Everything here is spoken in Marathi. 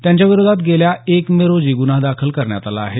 त्यांच्याविरोधात गेल्या एक मे रोजी गुन्हा दाखल करण्यात आला आहे